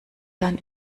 dann